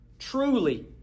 Truly